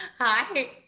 Hi